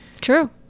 True